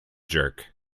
jerk